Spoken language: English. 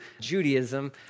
Judaism